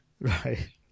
Right